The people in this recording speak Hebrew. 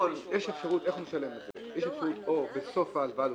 --- הניסוח שהבאת מקובל עלי.